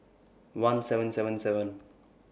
one seven seven seven